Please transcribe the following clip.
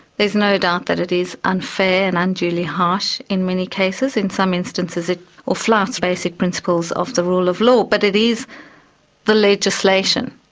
there is no doubt that it is unfair and unduly harsh in many cases. in some instances it ah flouts basic principles of the rule of law, but it is the legislation.